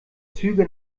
züge